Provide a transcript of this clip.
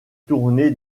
tourné